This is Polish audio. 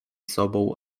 sobą